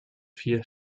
vier